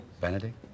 Benedict